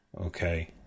Okay